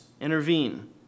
intervene